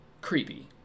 Creepy